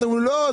אתם אומרים: לא,